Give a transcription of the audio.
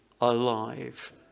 alive